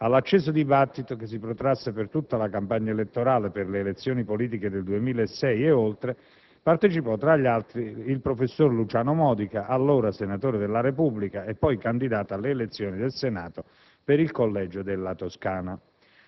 All'acceso dibattito, che si protrasse per tutta la campagna elettorale per le elezioni politiche del 2006 e oltre, partecipò, tra gli altri, il professor Luciano Modica, allora senatore della Repubblica e poi candidato alle elezioni del Senato per il collegio della Toscana.